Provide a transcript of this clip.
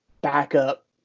backup